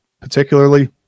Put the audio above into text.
particularly